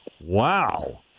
Wow